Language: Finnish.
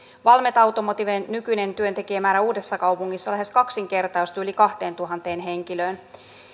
valmet automotiven nykyinen työntekijämäärä uudessakaupungissa lähes kaksinkertaistuu yli kahteentuhanteen henkilöön